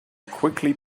quickly